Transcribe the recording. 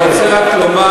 אני רק רוצה לומר,